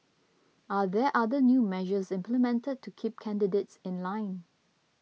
are there other new measures implemented to keep candidates in line